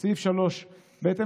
לסעיף 31(ב)